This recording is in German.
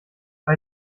bei